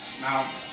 Now